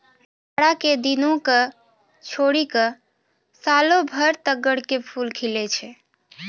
जाड़ा के दिनों क छोड़ी क सालों भर तग्गड़ के फूल खिलै छै